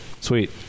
Sweet